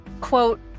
quote